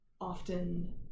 often